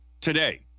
Today